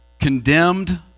condemned